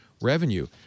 revenue